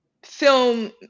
film